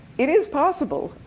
it is possible.